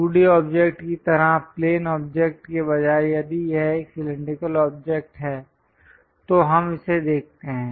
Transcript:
2D object की तरह plane object के बजाय यदि यह एक सिलैंडरिकल ऑब्जेक्ट है तो हम इसे देखते हैं